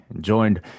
joined